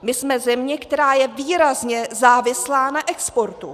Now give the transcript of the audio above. My jsme země, která je výrazně závislá na exportu.